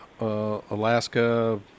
Alaska